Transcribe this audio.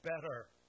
better